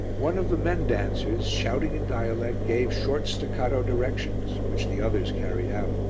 one of the men dancers, shouting in dialect, gave short staccato directions which the others carried out.